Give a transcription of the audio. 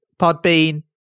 podbean